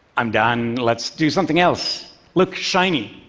i'm done, let's do something else look shiny!